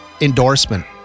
endorsement